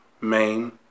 main